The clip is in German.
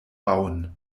bauen